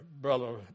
Brother